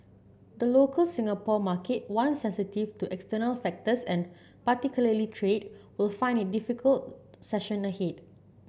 the local Singapore market one sensitive to external factors and particularly trade would find it difficult session ahead